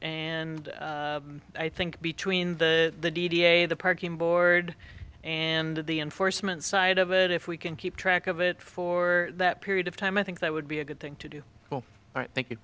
and i think between the d d a the parking board and the enforcement side of it if we can keep track of it for that period of time i think that would be a good thing to do well i think i